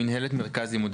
אני חושבת,